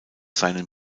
seinen